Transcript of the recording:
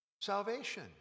salvation